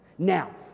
Now